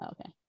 Okay